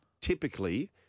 typically –